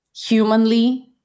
humanly